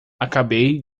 acabei